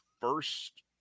first